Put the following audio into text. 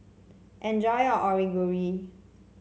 enjoy your Onigiri